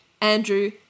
Andrew